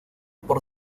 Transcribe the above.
por